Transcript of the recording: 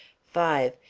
five.